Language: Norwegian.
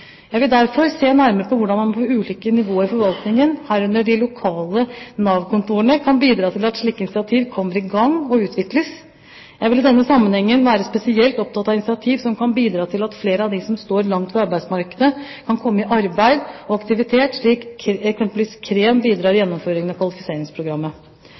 Jeg vil derfor se nærmere på hvordan man på ulike nivå i forvaltningen, herunder de lokale Nav-kontorene, kan bidra til at slike initiativ kommer i gang og utvikles. Jeg vil i denne sammenhengen være spesielt opptatt av initiativ som kan bidra til at flere av de som står langt fra arbeidsmarkedet, kan komme i arbeid og aktivitet, slik eksempelvis KREM bidrar